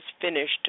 finished